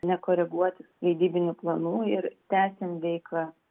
nekoreguoti leidybinių planų ir tęsėm veiklą